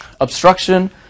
Obstruction